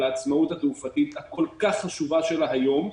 העצמאות התעופתית הכל כך חשובה שלה היום.